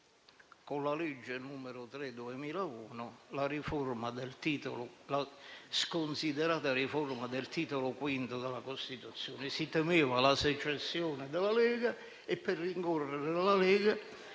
con la legge n. 3 del 2001, la sconsiderata riforma del Titolo V della Costituzione. Si temeva la secessione della Lega e per rincorrerla si